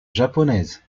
japonaise